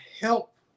help